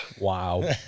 Wow